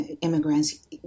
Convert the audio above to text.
immigrants